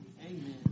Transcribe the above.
Amen